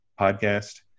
podcast